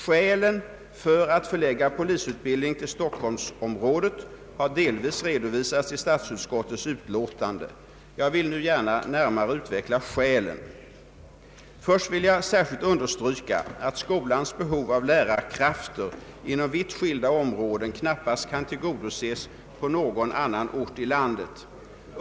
Skälen för att förlägga polisutbildning till Stockholmsområdet har delvis redovisats i statsutskottets utlåtande. Jag vill nu gärna närmare utveckla skälen. Först vill jag särskilt understryka att skolans behov av lärarkrafter inom vitt skilda områden knappast kan till godoses på någon annan ort i landet.